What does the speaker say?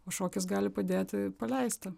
o šokis gali padėti paleisti